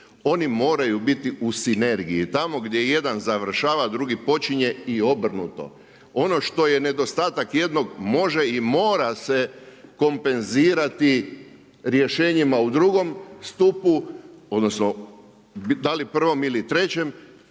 Oni moraju biti u sinergiji, tamo gdje jedan završava, drugi počinje i obrnuto. Ono što je nedostatak jednog može i mora se kompenzirati rješenjima u drugom stupu, odnosno da li prvom ili trećem